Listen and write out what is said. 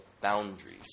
boundaries